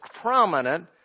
prominent